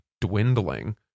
dwindling